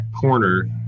corner